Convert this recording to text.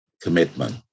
commitment